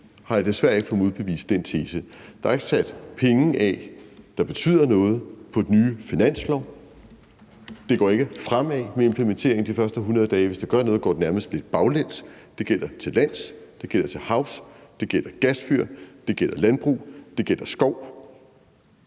har jeg desværre ikke fået modbevist den tese. Der er ikke sat beløb af, der betyder noget, på den nye finanslov. Det går ikke fremad med implementeringen de første 100 dage. Hvis det gør noget, går det nærmest lidt baglæns. Det gælder til lands, det gælder til havs, det gælder gasfyr, det gælder landbrug, og det gælder skov.